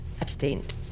abstained